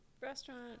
restaurant